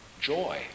joy